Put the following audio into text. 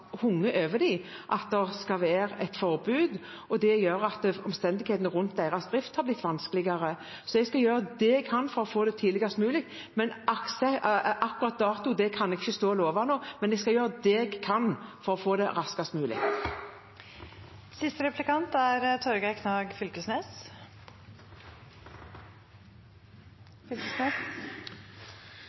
over dem at det skal bli et forbud, og det gjør at omstendighetene rundt deres drift har blitt vanskeligere. Så jeg skal gjøre det jeg kan for å få det tidligst mulig, men akkurat dato kan jeg ikke stå og love nå. Men jeg skal gjøre det jeg kan for å få det raskest mulig.